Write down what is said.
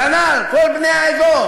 כנ"ל בני כל העדות.